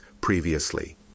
previously